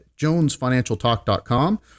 jonesfinancialtalk.com